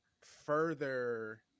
further